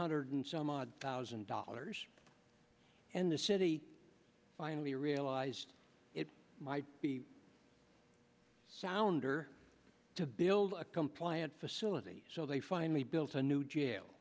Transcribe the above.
hundred some odd thousand dollars and the city finally realized it might be sounder to build a compliant facility so they finally built a new jail